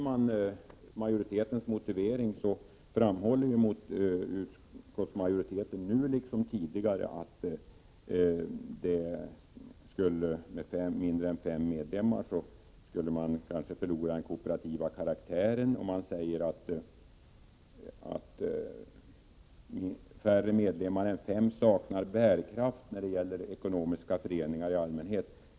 I sin motivering framhåller ju utskottsmajoriteten nu, liksom tidigare, att den kooperativa karaktären kanske skulle gå förlorad med ett mindre medlemsantal och att färre medlemmar än fem saknar bärkraft när det gäller ekonomiska föreningar i allmänhet.